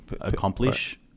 accomplish